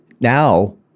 now